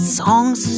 songs